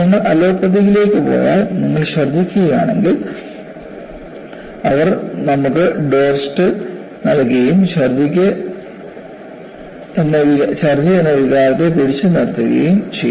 നിങ്ങൾ അലോപ്പതിയിലേക്ക് പോയാൽ നിങ്ങൾ ഛർദ്ദിക്കുകയാണെങ്കിൽ അവർ നമുക്ക് ഡോർസ്റ്റൽ നൽകുകയും ഛർദ്ദി എന്ന വികാരത്തെ പിടിച്ചു നിർത്തുകയും ചെയ്യും